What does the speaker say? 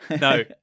no